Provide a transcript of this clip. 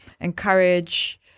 encourage